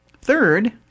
third